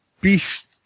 beast